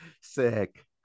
sick